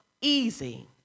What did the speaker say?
easy